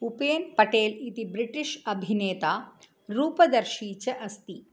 उपेन् पटेल् इति ब्रिटिश् अभिनेता रूपदर्शी च अस्ति